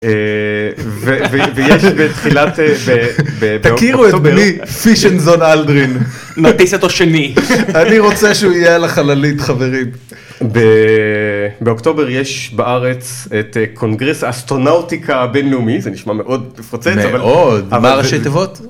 ‫תכירו את בני פישנזון אלדרין, ‫אני רוצה שהוא יהיה על החללית חברים. ‫באוקטובר יש בארץ ‫את קונגרס אסטרונאוטיקה בינלאומי, ‫זה נשמע מאוד מפוצץ, אבל... ‫-מאוד, מה הראשי תיבות.